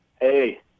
Hey